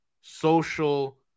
social